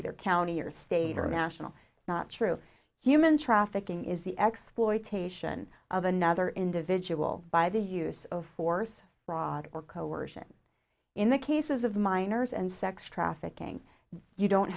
either county or state or national not true human trafficking is the exploitation of another individual by the use of force rod or coercion in the cases of minors and sex trafficking you don't